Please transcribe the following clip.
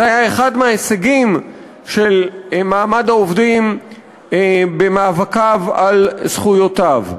זה היה אחד מההישגים של מעמד העובדים במאבקיו על זכויותיו.